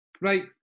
Right